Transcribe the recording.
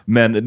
Men